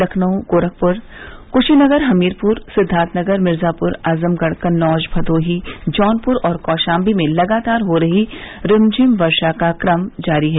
लखनऊ गारेखपुर कुशीनगर हमीरपुर सिद्दार्थनगर मिर्जापुर आजमगढ़ कन्नौज भदोही जौनपुर और कौशाम्बी में लगातार हो रही रिमझिम वर्षा का क्रम जारी है